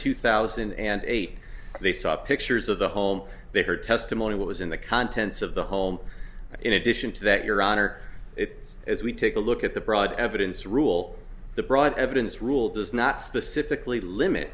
two thousand and eight they saw pictures of the home they heard testimony what was in the contents of the home in addition to that your honor it's as we take a look at the broad evidence rule the broad evidence rule does not specifically limit